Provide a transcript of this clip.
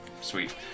sweet